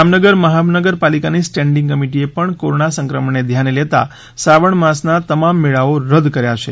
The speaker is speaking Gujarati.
જામનગર મહાનગરપાલિકાની સ્ટેન્ડીંગ કમિટીએ પણ કોરોનાના સંક્રમણને ધ્યાને લેતા શ્રાવણમાસના તમામ મેળાઓ રદ કર્યા છે